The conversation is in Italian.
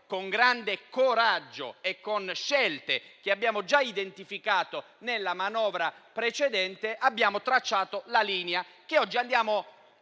con grande coraggio e con scelte che abbiamo già identificato nella manovra precedente, abbiamo tracciato una linea e una